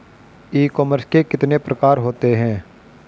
E commerce के कितने प्रकार होते हैं?